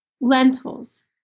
lentils